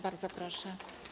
Bardzo proszę.